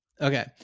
okay